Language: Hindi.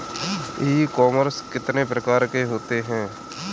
ई कॉमर्स कितने प्रकार के होते हैं?